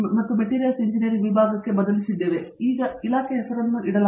ಈಗ ಇಲಾಖೆ ಹೆಸರನ್ನು ಇಡಲಾಗಿದೆ